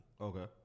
Okay